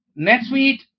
NetSuite